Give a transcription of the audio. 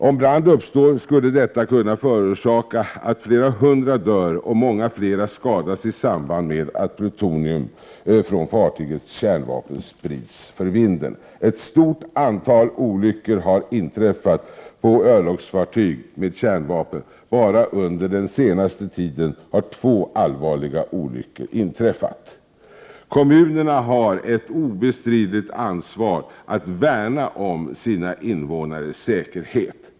Om brand uppstår ombord skulle detta kunna förorsaka att flera hundra dör och många fler skadas i samband med att plutonium från fartygets kärnvapen sprids för vinden. Ett stort antal olyckor har inträffat på örlogsfartyg med kärnvapen. Bara under den senaste tiden har två allvarliga olyckor hänt. Kommunerna har ett obestridligt ansvar för att värna om sina invånares säkerhet.